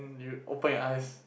you open your eyes